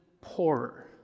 poorer